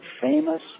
famous